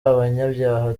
abanyabyaha